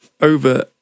Over